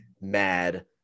mad